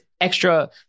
extra